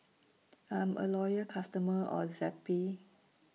I'm A Loyal customer of Zappy